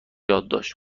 یادداشت